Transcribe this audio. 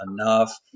enough